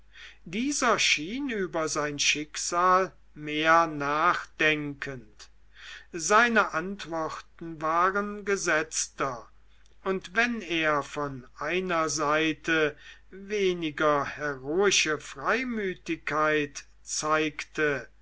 dieser schien über sein schicksal mehr nachdenkend seine antworten waren gesetzter und wenn er von einer seite weniger heroische freimütigkeit zeigte